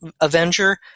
Avenger